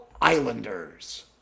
Islanders